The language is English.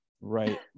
right